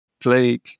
plague